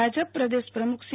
ભાજપ પ્રદેશ પ્રમુખ સી